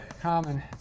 common